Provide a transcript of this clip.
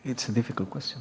it's a difficult question